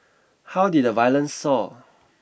how did the violence soar